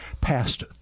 passed